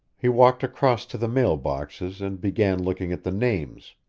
he walked across to the mail boxes and began looking at the names.